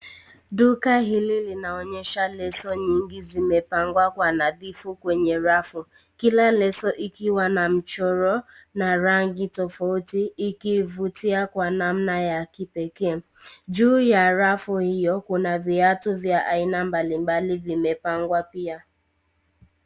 Duka hili linaonyesha leso nyigi zimepangwa kwa nadhifu kwenye rafu kila leso ikiwa na mchoro na rangi tofauti ikivutia kwa namna ya kipekee juu ya rafu hiyo kuna viatu vya aina mbalimbali vimepangwa pia.